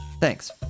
Thanks